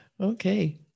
Okay